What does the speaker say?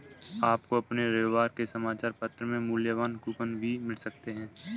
आपको अपने रविवार के समाचार पत्र में मूल्यवान कूपन भी मिल सकते हैं